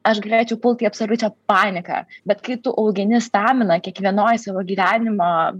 aš galėčiau pult į absoliučią paniką bet kai tu augini staminą kiekvienoj savo gyvenimo